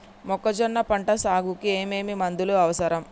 మొక్కజొన్న పంట సాగుకు ఏమేమి మందులు అవసరం?